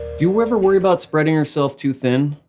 do you ever worry about spreading yourself too thin?